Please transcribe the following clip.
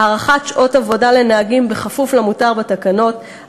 הארכת שעות עבודה לנהגים כפוף למותר בתקנות,